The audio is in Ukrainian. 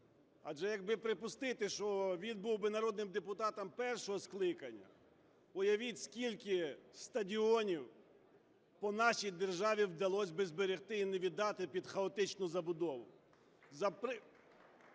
Адже якби припустити, що він був би народним депутатом першого скликання, уявіть, скільки стадіонів по нашій державі вдалось би зберегти і не віддати під хаотичну забудову.